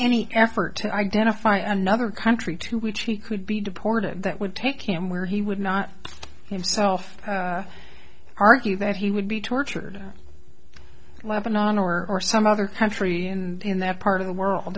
any effort to identify and another country to which he could be deported that would take him where he would not himself argue that he would be tortured lebannon or or some other country in that part of the